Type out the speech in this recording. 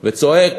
וצועק,